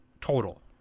Total